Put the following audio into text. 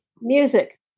Music